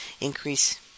increase